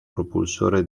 propulsore